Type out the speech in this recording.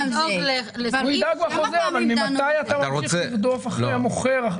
הוא ידאג בחוזה אבל ממתי אתה ממשיך לרדוף אחרי המוכר,